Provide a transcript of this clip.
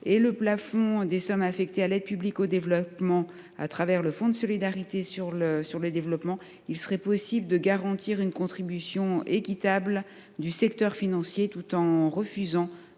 et le plafond des sommes affectées à l’aide publique au développement au travers du fonds de solidarité sur le développement, il est possible de garantir une contribution équitable du secteur financier, tout en refusant